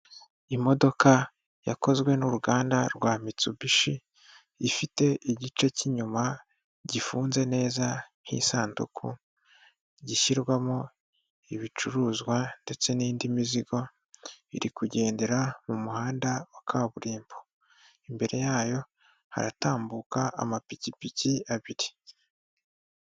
Imodoka yakozwe n'uruganda rwa Mitsubishi, ifite igice cy'inyuma gifunze neza nk'isanduku, gishyirwamo ibicuruzwa ndetse n'indi mizigo, iri kugendera mu muhanda wa kaburimbo. Imbere yayo haratambuka amapikipiki abiri.